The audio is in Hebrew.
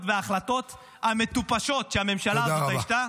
וההחלטות המטופשות שהממשלה הזאת עשתה.